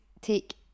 take